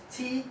七